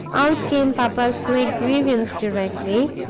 out came papa's great grievance directly.